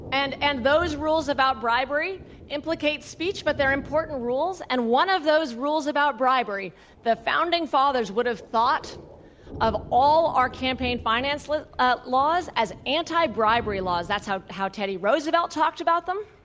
and and those rules about bribery implicates speech, but they're important rules. and one of those rules about bribery the founding fathers would have thought of all our campaign finance laws ah laws as anti-bribery laws. that's how how teddy roosevelt talked about them.